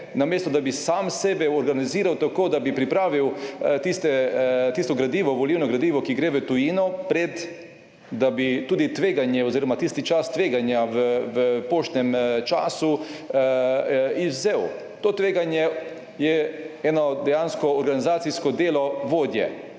namesto, da bi sam sebe organiziral tako, da bi pripravil tiste, tisto gradivo, volilno gradivo, ki gre v tujino, pred, da bi tudi tveganje oziroma tisti čas tveganja v poštnem času izvzel. To tveganje je eno dejansko organizacijsko delo vodje